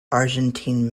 argentine